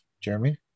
jeremy